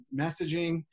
messaging